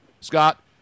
Scott